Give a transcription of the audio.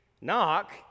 knock